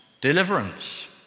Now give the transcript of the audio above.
deliverance